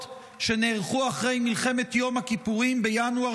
שנערכו אחרי מלחמת יום הכיפורים בינואר